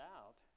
out